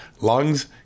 lungs—